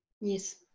Yes